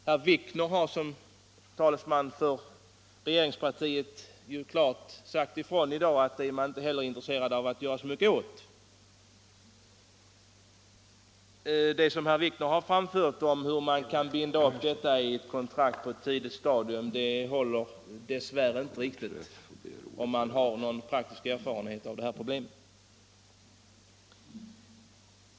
Herr Wikner har som talesman för regeringspartiet här klart sagt ifrån att man inte heller är intresserad av att göra särskilt mycket åt den saken. Det som herr Wikner har framfört om hur köparens skyldigheter kan bindas upp i ett kontrakt på ett tidigt stadium håller dess värre inte riktigt streck, vilket man lätt inser, om man har någon praktisk erfarenhet av problemet.